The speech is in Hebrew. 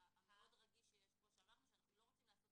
בגלל העניין המאוד רגיש שיש פה אמרנו שאנחנו לא רוצים לעשות